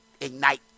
ignite